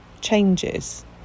changes